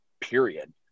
period